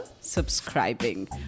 subscribing